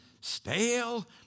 stale